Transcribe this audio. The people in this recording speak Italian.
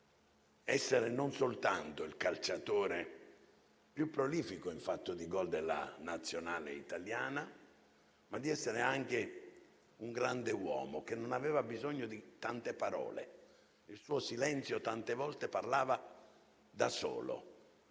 essere, non soltanto il calciatore più prolifico, in fatto di gol, della nazionale italiana, ma di essere anche un grande uomo, che non aveva bisogno di tante parole. Il suo silenzio, tante volte, parlava da solo.